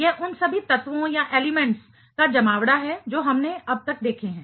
यह उन सभी तत्वों एलिमेंट का जमावड़ा है जो हमने अब तक देखे हैं